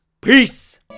peace